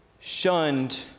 shunned